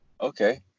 Okay